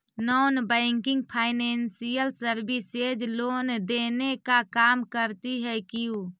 Non banking financial services loan देने का काम करती है क्यू?